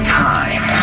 time